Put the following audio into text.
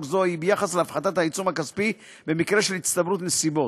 זו היה ביחס להפחתת העיצום הכספי במקרה של הצטברות נסיבות.